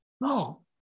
No